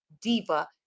diva